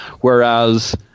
Whereas